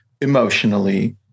emotionally